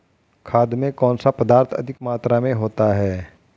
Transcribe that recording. खाद में कौन सा पदार्थ अधिक मात्रा में होता है?